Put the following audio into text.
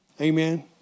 Amen